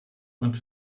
und